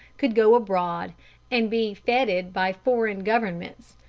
could go abroad and be feted by foreign governments,